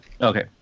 Okay